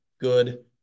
good